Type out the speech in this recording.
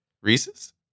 Reese's